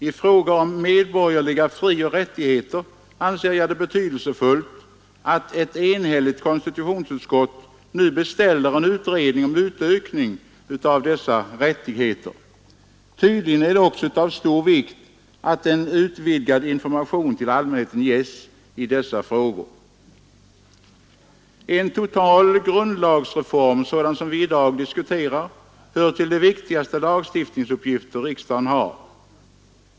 I fråga om medborgerliga frioch rättigheter anser jag det betydelsefullt att ett enigt konstitutionsutskott nu beställer en utredning om utökning av dessa rättigheter. Tydligen är det också av stor vikt att en utvidgad information till allmänheten ges i dessa frågor. En total grundlagsreform sådan som den vi i dag diskuterar hör till de viktigaste lagstiftningsuppgifter som riksdagen har.